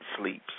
sleeps